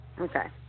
Okay